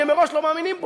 כי הם מראש לא מאמינים בו.